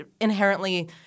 inherently